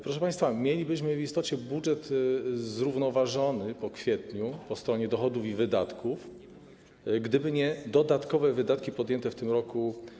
Proszę państwa, mielibyśmy w istocie budżet zrównoważony po kwietniu po stronie dochodów i wydatków, gdyby nie dodatkowe wydatki podjęte w tym roku.